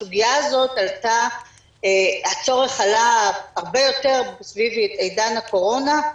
הצורך עלה הרבה יותר סביב עידן הקורונה,